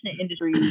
industry